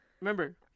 remember